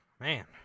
man